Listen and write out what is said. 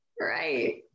Right